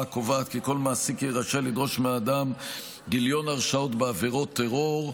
הקובעת כי כל מעסיק יהיה רשאי לדרוש מאדם גיליון הרשעות בעבירות טרור,